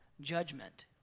judgment